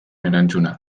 erantzuna